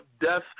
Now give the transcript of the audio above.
death